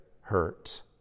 hurt